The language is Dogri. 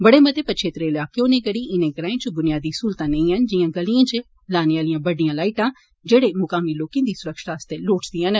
बड़े मते पछेत्रे इलाकें होने करीं इनें ग्राएं च बुनियादी सहूलतां नेई हैन जियां गलिएं च लाने आलयिां बड्डियां लाइटां जेडे मुकामी लोकें दी सुरक्षा आस्तै लोड़चदी न